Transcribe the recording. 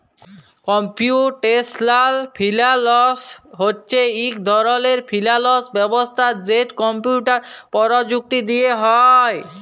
computational finance হছে ইক ধরলের ফিল্যাল্স ব্যবস্থা যেট কম্পিউটার পরযুক্তি দিঁয়ে হ্যয়